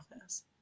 office